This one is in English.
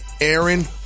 Aaron